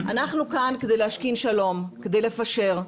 אנחנו כאן כדי להשכין שלום, כדי לפשר,